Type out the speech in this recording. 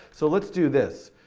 so let's do this,